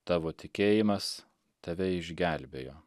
tavo tikėjimas tave išgelbėjo